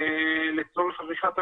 לצורך עריכת הרישום.